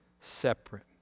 separate